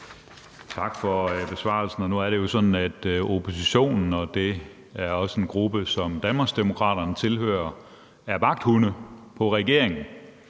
Tak for besvarelsen. Nu er det jo sådan, at oppositionen – det er også en gruppe, som Danmarksdemokraterne tilhører – er vagthunde over for regeringen,